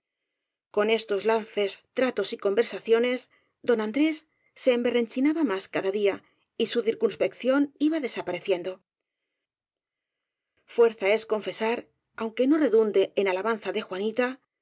con estos lances tratos y conversaciones don andrés se emberrenchinaba más cada día y su cir cunspección iba desapareciendo fuerza es confesar aunque no redunde en ala banza de juanita